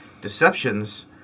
Deceptions